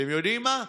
אתם יודעים מה,